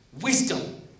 wisdom